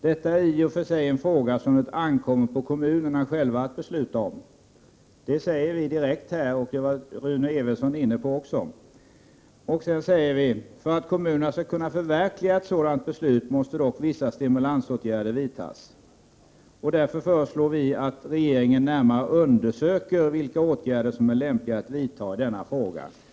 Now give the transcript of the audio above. Detta är i och för sig en fråga som det ankommer på kommunerna själva att besluta om.” Rune Evensson var också inne på detta. Sedan fortsätter vi: ”För att kommunerna skall kunna förverkliga ett sådant beslut måste dock vissa stimulansåtgärder vidtas.” Därför föreslår vi att regeringen närmare undersöker vilka åtgärder som är lämpliga att vidta i denna fråga.